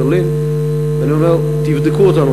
בברלין, ואני אומר: תבדקו אותנו.